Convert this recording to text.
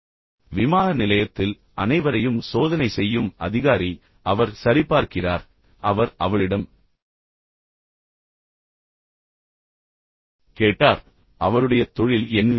இப்போது விமான நிலையத்தில் அனைவரையும் சோதனை செய்யும் அதிகாரி அவர் சரிபார்க்கிறார் அவர் அவளிடம் கேட்டார் அவளுடைய தொழில் என்ன